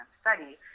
study